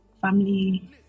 family